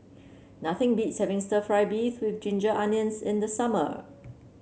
nothing beats having stir fry beef with Ginger Onions in the summer